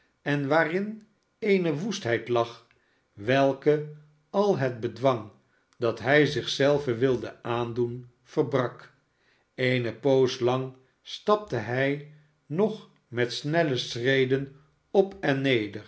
en waarin eene woestheid lag welke al het bedwang dat hij zich zelven wilde aandoen verbrak eene poos lang stapte hij nog met snelle schreden op en